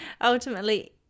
ultimately